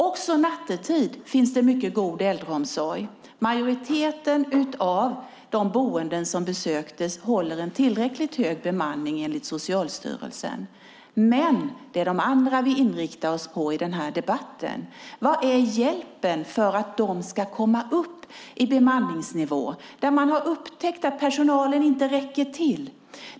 Också nattetid finns det mycket god äldreomsorg. Majoriteten av de boenden som besöktes håller en tillräckligt hög bemanning enligt Socialstyrelsen, men det är de andra vi inriktar oss på i denna debatt. Vad är hjälpen för att de ska komma upp i bemanningsnivå när man upptäckt att personalen inte räcker till?